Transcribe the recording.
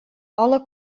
alle